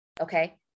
okay